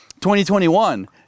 2021